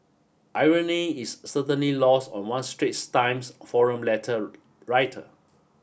irony is certainly lost on one Straits Times forum letter writer